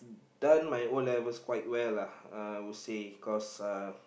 done my O-levels quite well I would say cause uh